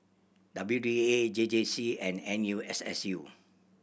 W D A A J J C and N U S S U